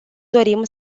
dorim